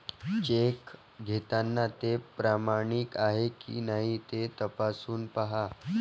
check घेताना ते प्रमाणित आहे की नाही ते तपासून पाहा